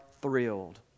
thrilled